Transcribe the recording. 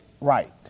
right